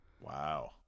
Wow